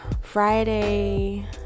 Friday